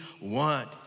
want